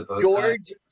George